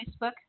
Facebook